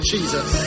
Jesus